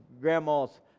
grandma's